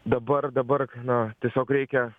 dabar dabar na tiesiog reikia